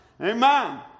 Amen